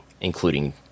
including